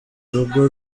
urugo